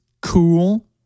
cool